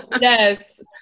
yes